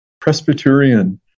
Presbyterian